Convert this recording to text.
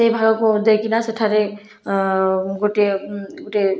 ସେ ଭାଗକୁ ଦେଇକି ସେଠାରେ ଗୋଟିଏ ଗୋଟିଏ